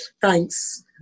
thanks